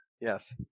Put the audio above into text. Yes